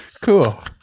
Cool